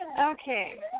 Okay